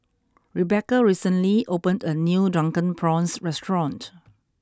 Rebecca recently opened a new drunken prawns restaurant